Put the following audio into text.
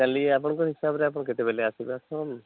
କାଲି ଆପଣଙ୍କ ହିସାବରେ ଆପଣ କେତେବେଳେ ଆସିବେ ଆସନ୍ତୁ